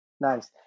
Nice